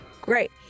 Great